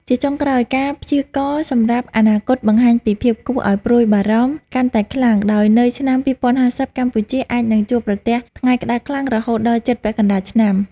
ជាចុងក្រោយ ការព្យាករណ៍សម្រាប់អនាគតបង្ហាញពីភាពគួរឱ្យព្រួយបារម្ភកាន់តែខ្លាំង ដោយនៅឆ្នាំ ២០៥០ កម្ពុជាអាចនឹងជួបប្រទះថ្ងៃក្តៅខ្លាំងរហូតដល់ជិតពាក់កណ្តាលឆ្នាំ។